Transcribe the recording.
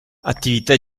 attività